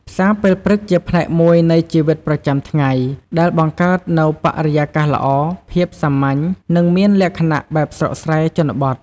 ផ្សារពេលព្រឹកជាផ្នែកមួយនៃជីវិតប្រចាំថ្ងៃ ដែលបង្កើតនូវបរិយាកាសល្អ ភាពសាមញ្ញ និងមានលក្ចណៈបែបស្រុកស្រែ ជនបទ។